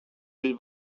will